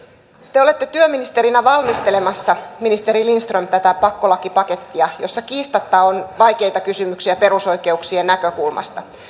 te olette työministerinä valmistelemassa ministeri lindström tätä pakkolakipakettia jossa kiistatta on vaikeita kysymyksiä perusoikeuksien näkökulmasta